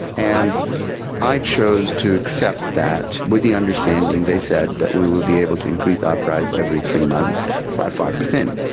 and i chose to accept that with the understanding, they said, that we would be able to increase our price every three months by five percent.